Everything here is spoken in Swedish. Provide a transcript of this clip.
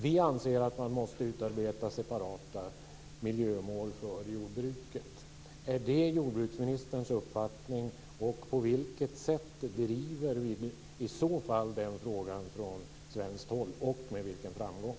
Vi anser att man måste utarbeta separata miljömål för jordbruket. Är det jordbruksministerns uppfattning, och på vilket sätt driver vi i så fall den frågan från svenskt håll och med vilken framgång?